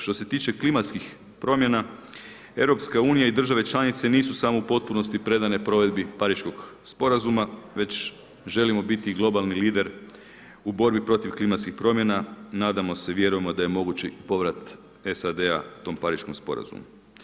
Što se tiče klimatskih promjena EU i države članice nisu samo u potpunosti predane provedbi Pariškog sporazuma već želimo biti globalni lider u borbi protiv klimatskih promjena, nadamo se i vjerujemo da je mogući povrat SAD-a tom Pariškom sporazumu.